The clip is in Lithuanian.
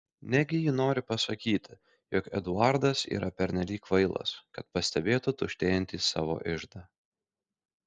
negi ji nori pasakyti jog eduardas yra pernelyg kvailas kad pastebėtų tuštėjantį savo iždą